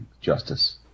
justice